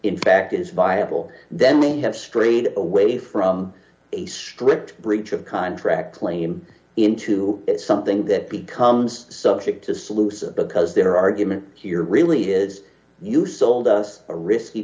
in fact is viable then they have strayed away from a strict breach of contract claim into something that becomes subject to salusa because their argument here really is you sold us a risky